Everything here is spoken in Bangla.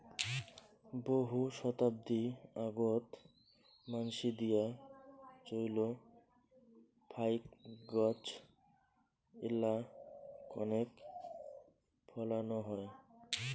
বহু শতাব্দী আগোত মানসি দিয়া চইল ফাইক গছ এ্যালা কণেক ফলানো হয়